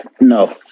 No